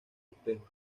espejo